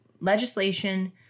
legislation